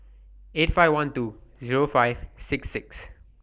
eight five one two Zero five six six